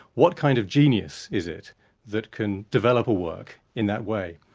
what kind of genius is it that can develop a work in that way?